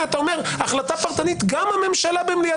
אתם השתלטתם על הכול?